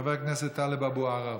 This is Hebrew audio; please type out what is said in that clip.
חבר הכנסת טלב אבו עראר,